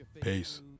Peace